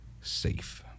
safe